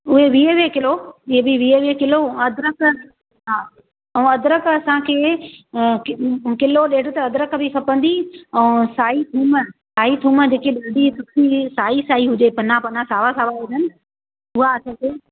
उहे वीह वीह किलो इहे बि वीह वीह कीलो अदरक हा अऊं अदरक असांखे किलो ॾेढ त अदरक बि खपंदी ऐं साई थूम साई थूम जेके मिलंदी सुठी साई साई हुजे पन्ना पन्ना सावा सावा हुजनि उहा असांखे